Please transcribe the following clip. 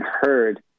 heard